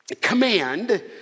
command